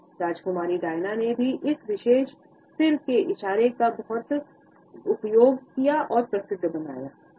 राजकुमारी Diana ने भी इस विशेष सिर के इशारे को बहुत प्रसिद्ध बनाया है